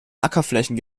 ackerflächen